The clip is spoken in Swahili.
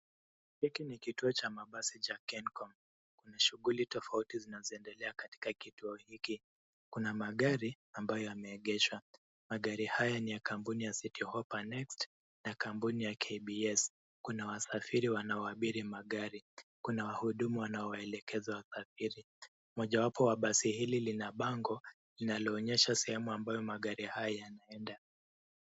Hiki ni kituo cha mabasi cha kencom na shughuli tofauti zinazoendelea katika kituo hiki. Kuna magari ambayo yameegeshwa. Magari haya ni ya kampuni ya (cs)city hoppa next(cs) na kampuni ya kbs. Kuna wasafiri wanao wanaabiri magari. Kuna wahudumu wanaowaelekeza waabiri. Moja wapo wa basi hili lina bango linaloonyesha sehemu ambayo magari haya yanaenda.